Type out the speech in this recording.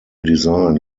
design